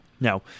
Now